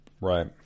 Right